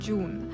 June